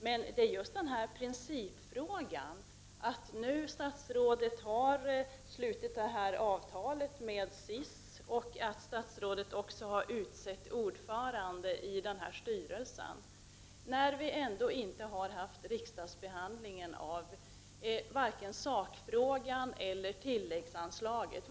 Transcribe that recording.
Men det gäller principfrågan, detta att statsrådet har slutit ett avtal med SIS och att statsrådet också har utsett ordförande i styrelsen, trots att vi inte har haft någon riksdagsbehandling av vare sig sakfrågan eller tilläggsanslaget.